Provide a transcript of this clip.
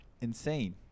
insane